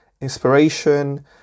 inspiration